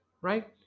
right